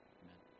amen